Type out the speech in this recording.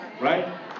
Right